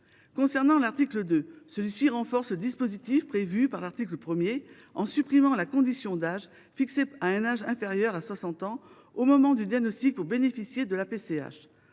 L’article 2 renforce le dispositif prévu par l’article 1 en supprimant la condition d’âge, fixée à un âge inférieur à 60 ans au moment du diagnostic, pour bénéficier de la PCH.